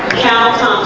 counselor.